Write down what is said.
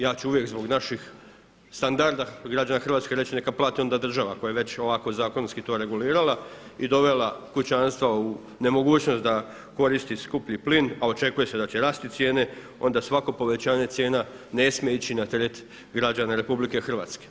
Ja ću uvijek zbog naših standarda građana Hrvatske i reći neka plati onda država ako je već ovako zakonski to regulirala i dovela kućanstva u nemogućnost da koristi skuplji plin, a očekuje se da će rasti cijene, onda svako povećanje cijena ne smije ići na teret građana RH.